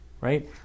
right